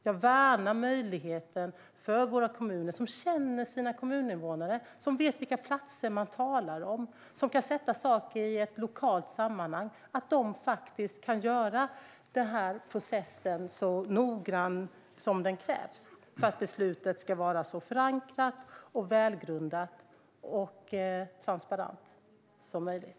Jag värnar möjligheten för våra kommuner - som känner sina kommuninvånare, som vet vilka platser man talar om och som kan sätta saken i ett lokalt sammanhang - att genomföra den här processen så noggrant som det krävs för att beslutet ska vara så förankrat, välgrundat och transparent som möjligt.